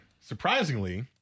surprisingly